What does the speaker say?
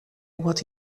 what